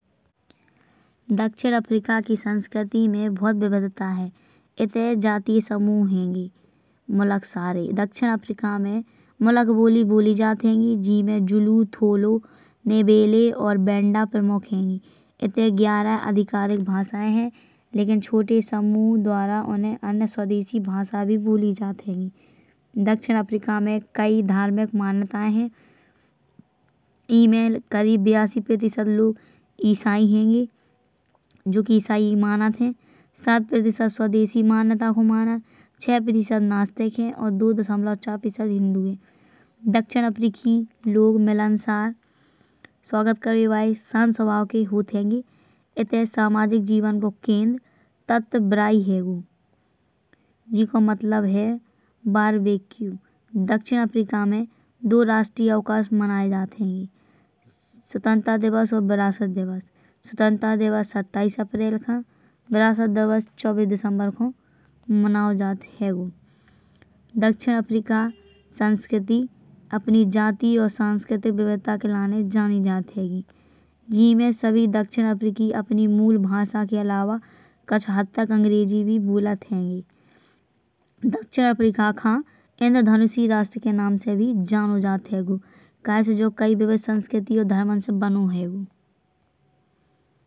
दक्षिण अफ्रीका की संस्क्रति में बहुत विविधता है। इत जाति समूह हैं मुलक सारे। दक्षिण अफ्रीका में मुलक बोली बोली जात हैं। जीमे ज्लू थोलो नेवले और बैंदा प्रमुख हैं। इते ग्यारह अधिकारिक भाषा है लेकिन छोटे समूह द्वारा। उन्हें अन्य स्वदेशी भाषा भी बोली जात हैं। दक्षिण अफ्रीका में कई धार्मिक मान्यतायें हैं। ईमे करीब बयासी प्रतिशत लोग इसाई हैं। जो की इसाई मानत हैं। शतप्रतिशत स्वदेशी मान्यता को मानत छह प्रतिशत नास्तिक हैं। और दो दशमलव चार प्रतिशत हिन्दू हैं। दक्षिण अफ्रीकी लोग मिलनसार स्वागत करबे वाले शान्त स्वभाव के होत हैं। इते सामाजिक जीवन को केन्द्र तत्वबरायी हैं। जीको मतलब है बार्बीक्यू। दक्षिण अफ्रीका में दो राष्ट्रीय अवकाश मनाये जात हैं। स्वतंत्रता दिवस और विरासत दिवस स्वतंत्रता दिवस सत्ताईस अप्रैल। खा विरासत दिवस चौबीस दिसंबर खो मनाओ जात हैं। दक्षिण अफ्रीका संस्कृति अपनी जातीय। और संस्कृतिक विविधता के लाने जानी जात हैं। जीमे सभी दक्षिण अफ्रीकी अपनी मूल भाषा के अलावा कचु हद तक अंग्रेजी भी बोलत हैं। दक्षिण अफ्रीका खा इंद्रधनुषीय राष्ट्र के नाम भी जानो जात हैं। कैसे जो कई विविध संस्कृति और धर्मन से बनो हैं।